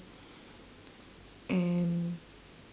and